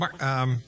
Mark